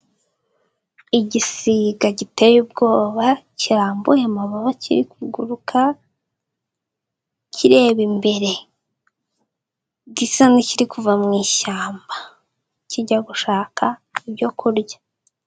Igisiga giteye ubwoba kirambuye amababa kiri kuguruka kireba imbere, gisa nk'ikiri kuva mu ishyamba kijya gushaka ibyo kurya.